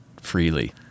freely